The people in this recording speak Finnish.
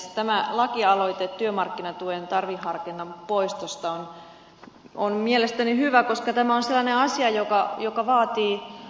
tämä lakialoite työmarkkinatuen tarveharkinnan poistosta on mielestäni hyvä koska tämä on sellainen asia joka vaatii keskustelua